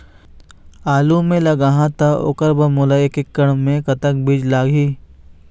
आलू मे लगाहा त ओकर बर मोला एक एकड़ खेत मे कतक बीज लाग ही?